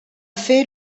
fer